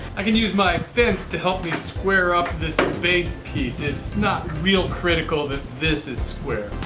i can use my fence to help me square up this base piece. it's not really critical that this is square.